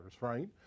right